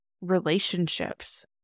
relationships